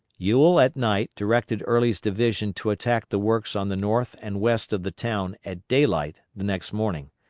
ewell at night directed early's division to attack the works on the north and west of the town at daylight the next morning,